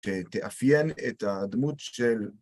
‫שתאפיין את הדמות של...